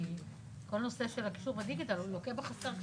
כל הנושא של הקישור בדיגיטל לוקה בחסר.